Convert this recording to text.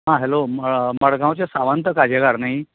आं हॅलो मडगांवचे सावंत खाजेकार न्हय